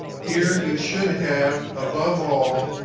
here you should have, above all,